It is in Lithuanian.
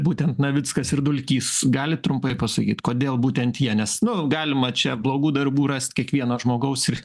būtent navickas ir dulkys galit trumpai pasakyt kodėl būtent jie nes nu galima čia blogų darbų rast kiekvieno žmogaus ir